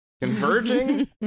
Converging